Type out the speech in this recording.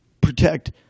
protect